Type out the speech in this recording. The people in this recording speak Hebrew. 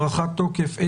(תיקון) (הארכת תוקף),